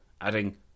adding